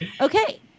Okay